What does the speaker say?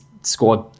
scored